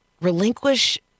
relinquish